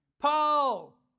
Paul